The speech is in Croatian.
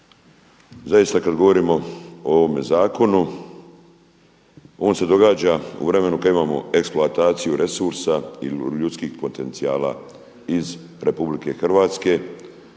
Zaista kad govorimo o ovome zakonu on se događa u vremenu kada imamo eksploataciju resursa i ljudskih potencijala iz Republike Hrvatske,